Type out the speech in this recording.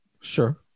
Sure